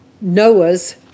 Noah's